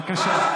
בואו